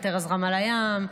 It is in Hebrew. היתר הזרמה לים,